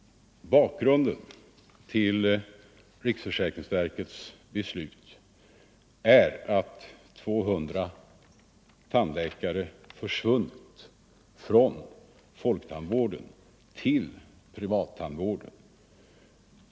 Bakgrunden till riksförsäkringsverkets beslut är att 200 tandläkare försvunnit från folktandvården till privattandvården.